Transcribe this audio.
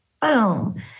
boom